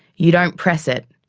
you don't press it,